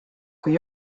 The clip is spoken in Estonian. kui